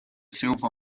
silver